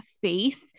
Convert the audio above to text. face